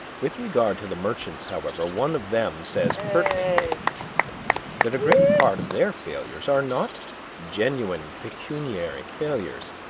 with regard to the merchants, however, one of them says pertinently that a great part of their failures are not genuine pecuniary failures,